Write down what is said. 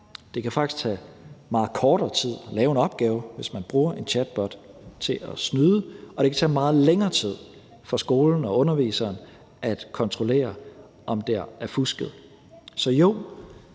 tage meget kortere tid at lave en opgave, hvis man bruger en chatbot til at snyde, og det kan tage meget længere tid for skolen og underviseren at kontrollere, om der er fusket.